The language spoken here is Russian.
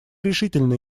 решительно